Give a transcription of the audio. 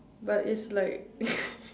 but it's like